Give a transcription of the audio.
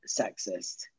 sexist